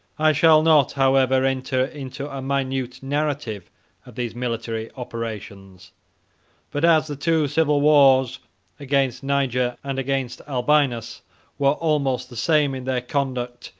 i shall not, however, enter into a minute narrative of these military operations but as the two civil wars against niger and against albinus were almost the same in their conduct,